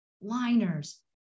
liners